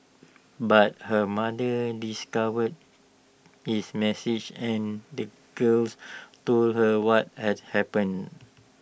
but her mother discovered his message and the girls told her what had happened